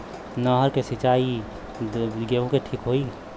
नहर के द्वारा सिंचाई गेहूँ के ठीक होखि?